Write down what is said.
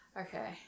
Okay